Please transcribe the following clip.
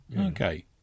Okay